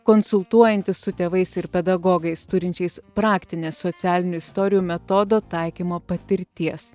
konsultuojantis su tėvais ir pedagogais turinčiais praktinės socialinių istorijų metodo taikymo patirties